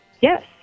yes